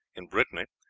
in brittany,